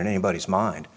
in anybody's mind